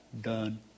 done